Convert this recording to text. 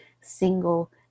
single